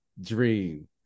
dream